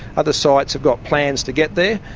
other sites have got plans to get there,